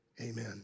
amen